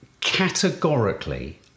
categorically